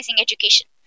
education